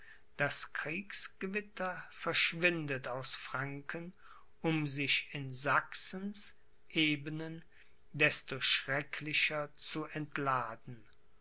das kriegsgewitter verschwindet aus franken um sich in sachsens ebenen desto schrecklicher zu entladen